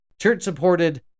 church-supported